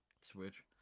Switch